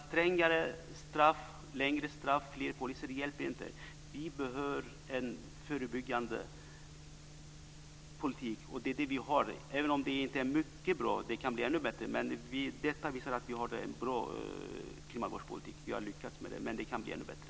Strängare och längre straff och fler poliser hjälper inte. Vi behöver en förebyggande politik, och det har vi, även om den kanske inte är mycket bra. Den kan bli ännu bättre. Det visar att vi har en bra kriminalvårdspolitik och att vi har lyckats med den. Men den kan bli ännu bättre.